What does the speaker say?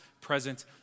present